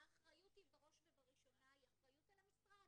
אבל גם כשכבר מישהו האחריות בראש ובראשונה היא אחריות על המשרד,